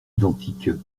identiques